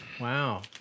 Wow